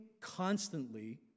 constantly